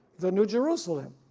the new jerusalem,